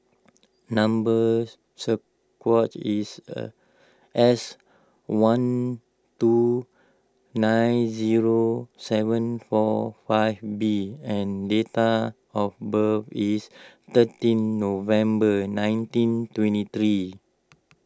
number is S one two nine zero seven four five B and data of birth is thirteen November nineteen twenty three